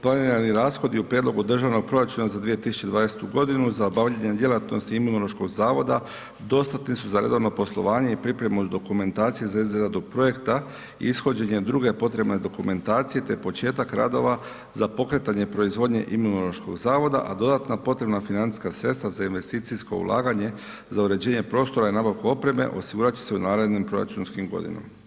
Planirani rashodi u Prijedlogu Državnog proračuna za 2020. g. za obavljanje djelatnosti Imunološkog zavoda dostatni su za redovno poslovanje i pripremu dokumentacije za izradu projekta ishođenja druge potrebne dokumentacije te početak radova za pokretanje proizvodnje Imunološkog zavoda, a dodatna potrebna financija sredstva za investicijsko ulaganje, za uređenje prostora i nabavku opreme osigurat će se u narednim proračunskim godinama.